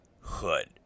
hood